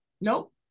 Nope